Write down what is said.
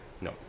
no